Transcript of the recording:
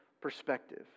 perspective